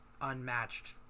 unmatched